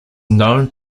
known